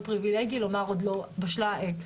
זה פריבילגי לומר: עוד לא בשלה העת.